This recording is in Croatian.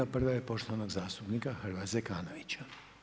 Prva je poštovanog zastupnika Hrvoja Zekanovića.